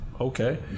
Okay